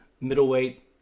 middleweight